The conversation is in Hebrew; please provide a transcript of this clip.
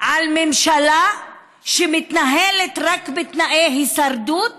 על ממשלה שמתנהלת רק בתנאי הישרדות,